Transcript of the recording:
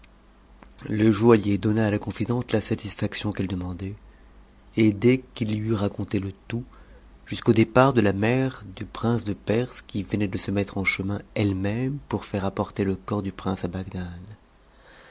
le joaillier donna à la confidente la satisfaction qu'elle demandait et dès qu'il lui eut raconté le tout jusqu'au départ de la mère du prince de perse qui venait de se mettre en chemin elle-même pour faire apporter e corps du prince à bagdad